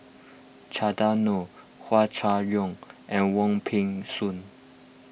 Chandran Nair Hua Chai Yong and Wong Peng Soon